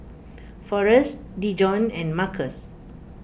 forest Dejon and Marcos